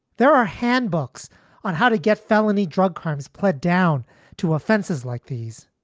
there are handbooks on how to get felony drug crimes pled down to offenses like these.